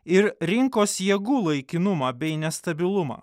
ir rinkos jėgų laikinumą bei nestabilumą